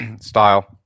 style